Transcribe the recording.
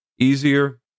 easier